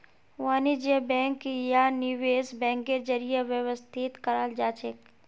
वाणिज्य बैंक या निवेश बैंकेर जरीए व्यवस्थित कराल जाछेक